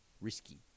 Risky